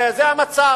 זה המצב.